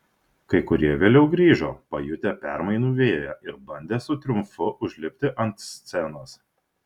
kai kurie vėliau grįžo pajutę permainų vėją ir bandė su triumfu užlipti ant scenos